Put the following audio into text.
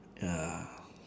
ya